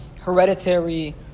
hereditary